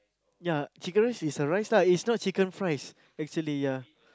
ya chicken rice is the rice lah is not chicken fries actually ya